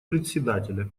председателя